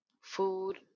food